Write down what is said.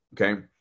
Okay